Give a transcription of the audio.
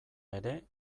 ere